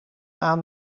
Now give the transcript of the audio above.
aan